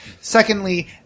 Secondly